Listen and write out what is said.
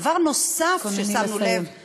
דבר נוסף ששמנו לב, תתכונני לסיים.